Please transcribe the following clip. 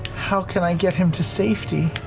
how can i get him to safety?